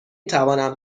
توانم